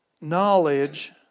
knowledge